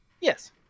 Yes